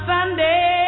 Sunday